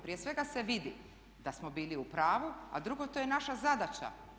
Prije svega se vidi da smo bili u pravu a drugo to je naša zadaća.